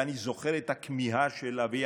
ואני זוכר את הכמיהה של אבי,